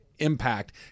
Impact